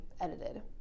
edited